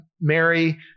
Mary